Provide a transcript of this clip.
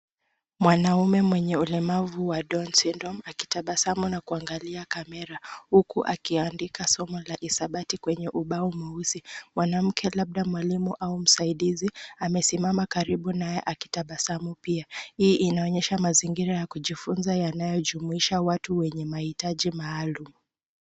Mwanaume mwenye ulemavu wa Down's Syndrome akitabasamu na kuangalia kamera huku akiandika somo la hisabati kwenye ubao mweusi. Mwanamke labda mwalimu au msaidizi amesimama karibu naye akitabasamu pia. Hii inaonyesha mazingira ya kujifunza yanayojumuisha watu wenye mahitaji maalum.